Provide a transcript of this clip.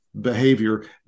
Behavior